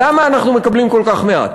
למה אנחנו מקבלים כל כך מעט?